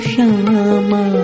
Shama